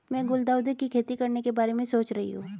मैं गुलदाउदी की खेती करने के बारे में सोच रही हूं